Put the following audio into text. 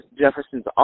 Jefferson's